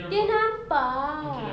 dia nampak